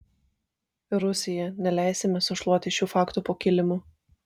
rusija neleisime sušluoti šių faktų po kilimu